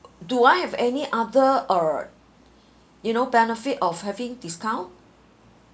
do I have any other err you know benefit of having discount